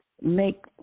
make